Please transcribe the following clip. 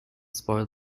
spoil